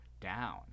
down